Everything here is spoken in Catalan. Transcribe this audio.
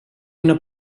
una